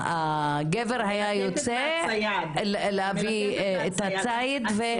הגבר היה יוצא להביא את הציד --- המלקטת והציד.